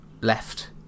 left